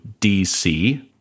DC